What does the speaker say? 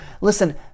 listen